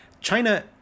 China